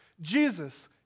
Jesus